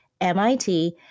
MIT